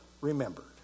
remembered